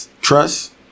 trust